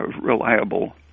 reliable